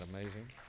amazing